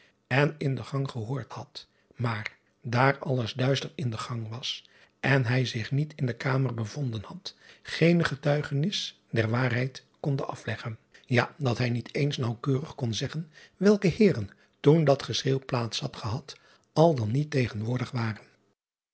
en in den gang gehoord had maar daar alles duister in den gang was en hij zich niet in de kamer bevonden had geene getuigenis der waarheid konde afleggen ja dat hij niet eens naauwkeurig zeggen welke eeren toen dat geschreeuw had plaats gehad al dan niet tegenwoordig waren